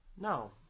No